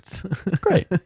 Great